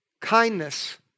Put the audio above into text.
kindness